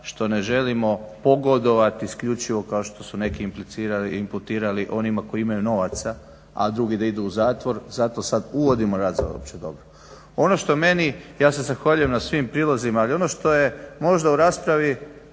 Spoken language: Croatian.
što ne želimo pogodovati isključivo kao što su neki implicirali i imputirali onima koji imaju novaca, a drugi da idu u zatvor. Zato sad uvodimo rad za opće dobro. Ono što meni, ja se zahvaljujem na svim prijedlozima, ali ono što je možda u raspravi